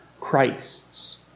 Christs